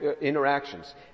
interactions